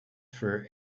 for